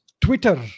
Twitter